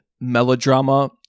melodrama